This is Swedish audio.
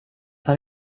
han